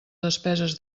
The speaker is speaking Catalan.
despeses